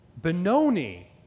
Benoni